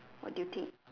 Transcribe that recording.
what do you think